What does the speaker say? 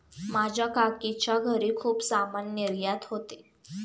माझ्या काकीच्या घरी खूप सामान निर्यात होते